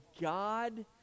God